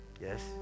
Yes